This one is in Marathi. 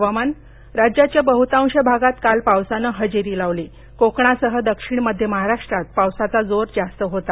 हवामान राज्याच्या बहतांश भागात काल पावसानं हजेरी लावली कोकणासह दक्षिण मध्य महाराष्ट्रात पावसाचा जोर जास्त होता